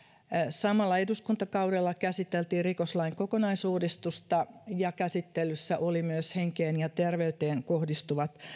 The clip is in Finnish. samalla eduskuntakaudella käsiteltiin rikoslain kokonaisuudistusta ja käsittelyssä olivat myös henkeen ja terveyteen kohdistuvat